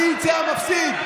מי יצא המפסיד?